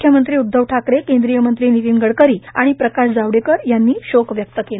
मुख्यमंत्री उद्धव ठाकरे केंद्रीय मंत्री नितीन गडकरी प्रकाश जावडेकर यांनी शोक व्यक्त केला